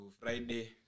Friday